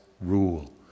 rule